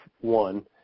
one